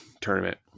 tournament